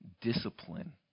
discipline